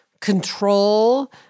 Control